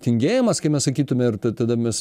tingėjimas kai mes sakytume ir tada mes